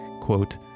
quote